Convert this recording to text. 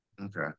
okay